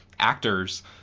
actors